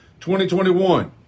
2021